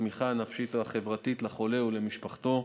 התמיכה הנפשית והחברתית לחולה ולמשפחתו,